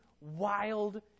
wild